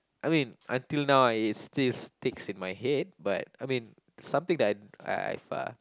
I mean until now it still sticks in my head but I mean something that I I have uh